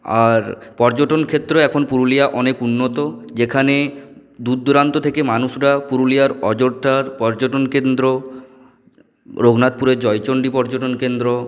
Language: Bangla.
আর পর্যটন ক্ষেত্র এখন পুরুলিয়া অনেক উন্নত যেখানে দূরদূরান্ত থেকে মানুষরা পুরুলিয়ার অযোধ্যার পর্যটন কেন্দ্র রঘুনাথপুরের জয়চণ্ডী পর্যটন কেন্দ্র